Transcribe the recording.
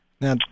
Now